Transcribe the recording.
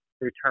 return